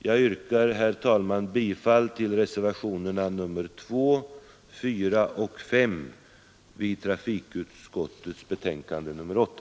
Jag yrkar, herr talman, bifall till reservationerna 2, 4 och 5 vid trafikutskottets betänkande nr 8.